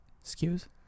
excuse